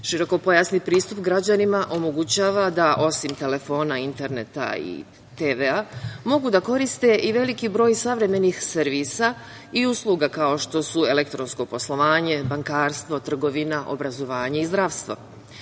Širokopojasni pristup građanima omogućava da osim telefona, interneta i TV-a, mogu da koriste i veliki broj savremenih servisa i usluga, kao što su: elektronsko poslovanje, bankarstvo, trgovina, obrazovanje i zdravstvo. Usvajanjem